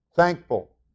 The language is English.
thankful